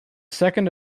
second